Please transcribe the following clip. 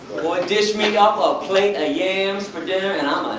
boy, dish me up a plate ah yams for dinner and